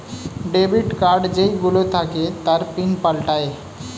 debit card যেই গুলো থাকে তার পিন পাল্টায়ে